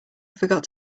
forgot